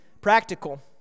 practical